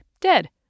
Dead